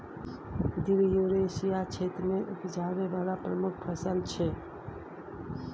दिल युरेसिया क्षेत्र मे उपजाबै बला प्रमुख फसल छै